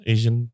Asian